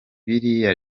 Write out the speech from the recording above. biriya